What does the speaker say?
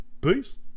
Peace